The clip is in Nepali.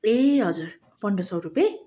ए हजुर पन्ध्र सय रुपियाँ